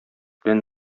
белән